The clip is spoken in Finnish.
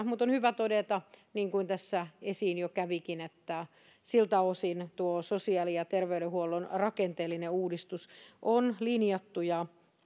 mutta on hyvä todeta niin kuin tässä esiin jo kävikin että siltä osin tuo sosiaali ja terveydenhuollon rakenteellinen uudistus on linjattu ja